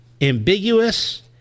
ambiguous